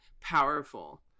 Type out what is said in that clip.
powerful